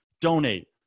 Donate